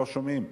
לא שומעים.